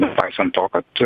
nepaisant to kad